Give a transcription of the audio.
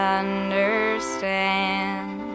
understand